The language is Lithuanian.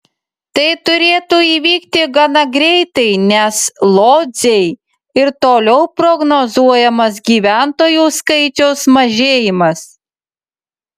tai turėtų įvykti gana greitai nes lodzei ir toliau prognozuojamas gyventojų skaičiaus mažėjimas